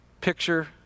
picture